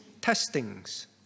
testings